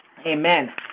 Amen